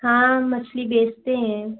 हाँ हम मछली बेचते हैं